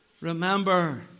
Remember